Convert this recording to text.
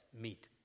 meet